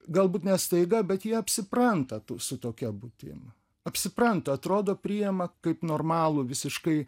galbūt ne staiga bet jie apsipranta tu su tokia būtim apsipranta atrodo priima kaip normalų visiškai